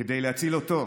כדי להציל אותו,